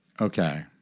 Okay